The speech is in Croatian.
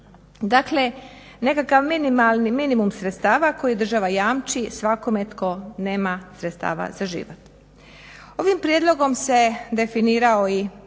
Dakle, nekakav minimalni, minimum sredstava koji država jamči svakome tko nema sredstava za život. Ovim prijedlogom se definirao i